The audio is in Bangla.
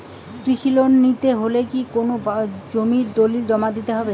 কৃষি লোন নিতে হলে কি কোনো জমির দলিল জমা দিতে হবে?